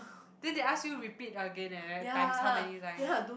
then they ask you repeat again leh times how many times